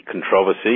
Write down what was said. controversy